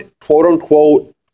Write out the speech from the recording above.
quote-unquote